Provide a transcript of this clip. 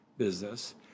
business